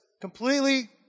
completely